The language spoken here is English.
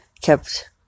kept